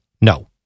No